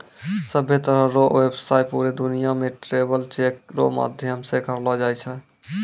सभ्भे तरह रो व्यवसाय पूरे दुनियां मे ट्रैवलर चेक रो माध्यम से करलो जाय छै